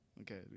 Okay